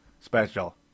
special